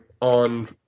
on